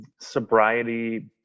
sobriety